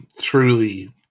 truly